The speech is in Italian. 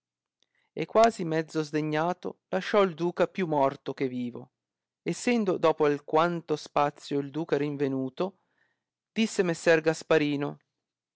e quasi mezzo sdegnato lasciò il duca più morto che vivo essendo dopo alquanto spazio il duca rivenuto disse messer gasparino